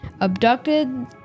abducted